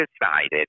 decided